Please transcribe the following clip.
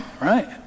right